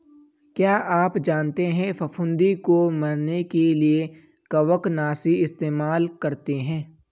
क्या आप जानते है फफूंदी को मरने के लिए कवकनाशी इस्तेमाल करते है?